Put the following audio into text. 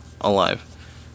alive